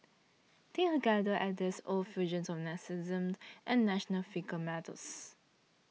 take a gander at these odd fusions of narcissism and national fiscal matters